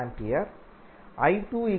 595 A I2 0